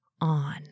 on